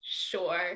sure